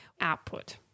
output